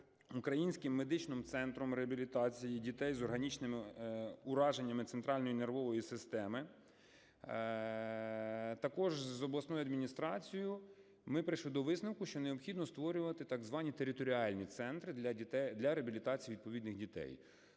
Українським медичним центром реабілітації дітей з органічними ураженнями центральної нервової системи, також з обласною адміністрацією, ми прийшли до висновку, що необхідно створювати так звані територіальні центри для реабілітації відповідних дітей.